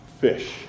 fish